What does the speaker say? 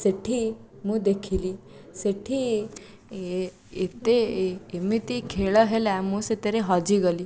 ସେଠି ମୁଁ ଦେଖିଲି ସେଠି ଏ ଏତେ ଏମିତି ଖେଳ ହେଲା ମୁଁ ସେଥିରେ ହଜିଗଲି